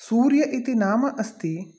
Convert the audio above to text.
सूर्य इति नाम अस्ति